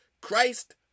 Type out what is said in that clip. Christ